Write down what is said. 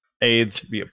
AIDS